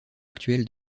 actuel